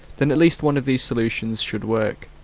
then at least one of these solutions should work.